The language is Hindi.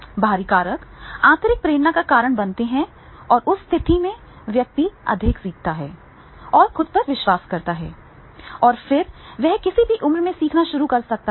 बाहरी कारक आंतरिक प्रेरणा का कारण बनते हैं और उस स्थिति में व्यक्ति अधिक सीखता है और खुद पर अधिक विश्वास करता है और फिर वह किसी भी उम्र में सीखना शुरू कर सकता है